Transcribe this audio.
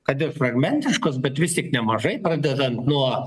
kad ir fragmentiškos bet vis tik nemažai pradedant nuo